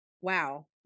wow